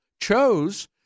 chose